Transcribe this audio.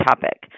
topic